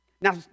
Now